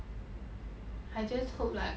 I just hope like